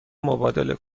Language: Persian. مبادله